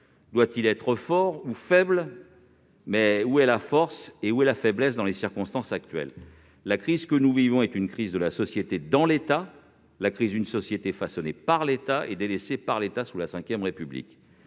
Doit-il être fort ou faible ? Mais où est la force et où est la faiblesse dans les circonstances actuelles ? La crise que nous vivons est une crise de la société dans l'État, la crise d'une société façonnée par l'État et délaissée par l'État sous la V République.